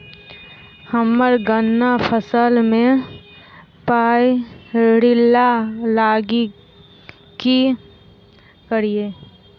हम्मर गन्ना फसल मे पायरिल्ला लागि की करियै?